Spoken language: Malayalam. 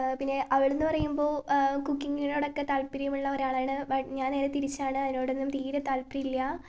പിന്നെ അവളെന്ന് പറയുമ്പോൾ കുക്കിങ്ങിനോടൊക്കെ താല്പര്യമുള്ള ഒരാളാണ് ബട്ട് ഞാൻ നേരെ തിരിച്ചാണ് അയിനോടൊന്നും തീരെ താൽപര്യമില്ല